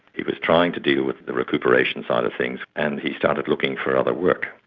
he was trying to deal with the recuperation side of things, and he started looking for other work.